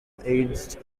aged